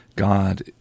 God